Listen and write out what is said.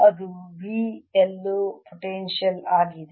ಅದು V ಎಲ್ಲೋ potential ಆಗಿದೆ